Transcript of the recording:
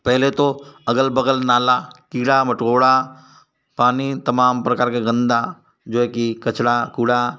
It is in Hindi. पहले तो अगल बगल नाला कीड़ा मकोड़ा पानी तमाम प्रकार का गंदा जो है कि कचरा कूड़ा